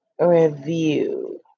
review